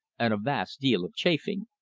and a vast deal of chaffing.